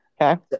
Okay